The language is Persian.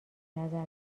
نظر